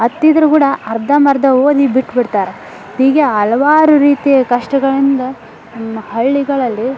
ಹತ್ತಿದ್ರೂ ಕೂಡ ಅರ್ಧಂಬರ್ದ ಓದಿ ಬಿಟ್ಬಿಡ್ತಾರೆ ಹೀಗೆ ಹಲ್ವಾರು ರೀತಿಯ ಕಷ್ಟಗಳಿಂದ ನಮ್ಮ ಹಳ್ಳಿಗಳಲ್ಲಿ